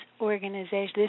organization